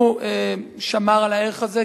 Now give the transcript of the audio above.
הוא שמר על הערך הזה,